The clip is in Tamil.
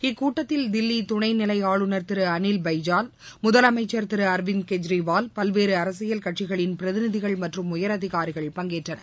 இக்கூட்டத்தில் தில்லி துணைநிலை ஆளுநர் திரு அளில் பைஜால் முதலனமச்சர் திரு அரவிந்த் கெஜ்ரிவால் பல்வேறு அரசியல் கட்சிகளின் பிரதிநிதிகள் மற்றும் உயரதிகாரிகள் பங்கேற்றனர்